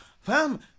Fam